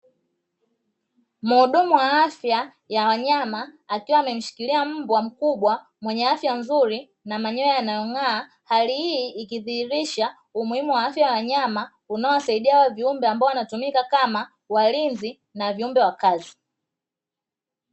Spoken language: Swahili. Muhudumu wa afya ya wanyama akiwa amemshikilia mbwa mkubwa mwenye afya nzuri na manyoya yanayo ng'aa. Hali hii ikidhihiridha umuhimu wa afya ya wanyama unao wasaidia hawa viumbe ambao wanatumika kama walinzi na viumbe wa kazi.